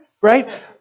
right